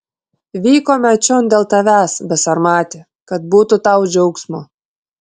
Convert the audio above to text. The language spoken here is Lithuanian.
vykome čion dėl tavęs besarmati kad būtų tau džiaugsmo